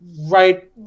right